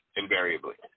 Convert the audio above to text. invariably